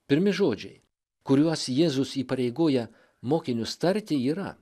pirmi žodžiai kuriuos jėzus įpareigoja mokinius tarti yra